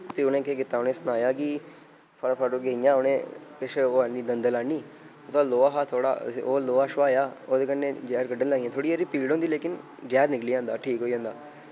फ्ही उ'नें केह् कीता उ'नें सनाया कि फटाफट ओह् गेइयां उ'नें किश ओह् आह्न्नी दंदल आह्न्नी उदा लोआ हा थोह्ड़ा उस्सी ओह् लोआ शोआया ओह्दे कन्नै जैह्र कड्ढन लगियां थोह्ड़ी हारी पीड़ होंदी लेकिन जैह्र निकली जंदा ठीक होई जंदा